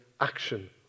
action